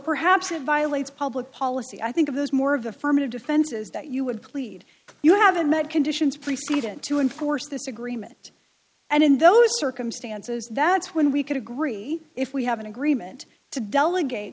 perhaps a violates public policy i think of those more of affirmative defenses that you would plead you haven't met conditions preceding to enforce this agreement and in those circumstances that's when we could agree if we have an agreement to delegate